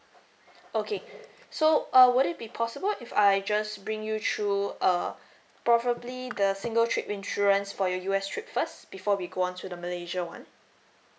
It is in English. okay so uh would it be possible if I just bring you through uh probably the single trip insurance for your U_S trip first before we go on to the malaysia one